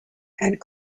and